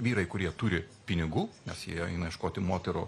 vyrai kurie turi pinigų nes jie eina ieškoti moterų